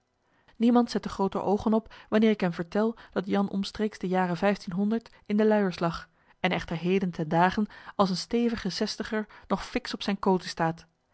niemand zette groote oogen op wanneer ik hem vertel dat an omstreeks den jare vijftienhonderd in de luijers lag en echter heden ten dage als een stevige zestiger nog fiksch op zijn koten staat